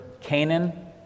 Canaan